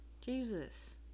Jesus